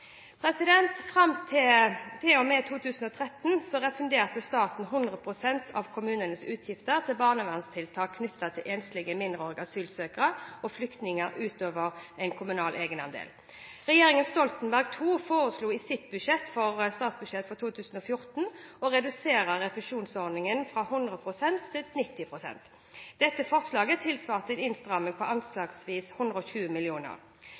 Fram til og med 2013 refunderte staten 100 pst. av kommunenes utgifter til barnevernstiltak knyttet til enslige mindreårige asylsøkere og flyktninger utover en kommunal egenandel. Regjeringen Stoltenberg II foreslo i sitt budsjett for 2014 å redusere refusjonen fra 100 pst. til 90 pst. Dette forslaget tilsvarte en innsparing på anslagsvis 120